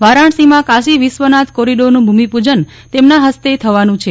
વારાણસીમાં કાશી વિશ્વનાથ કોરીડોરન ભૂમિપજન તેમના હસ્તે થવાન છે